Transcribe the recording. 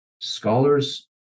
Scholars